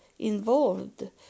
involved